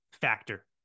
factor